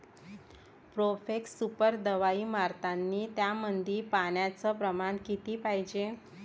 Profex super दवाई मारतानी त्यामंदी पान्याचं प्रमाण किती पायजे?